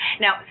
Now